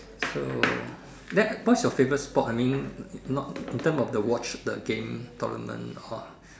so then what is your favorite sport I mean not in term of the watch the game tournament or